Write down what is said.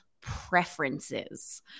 preferences